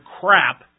crap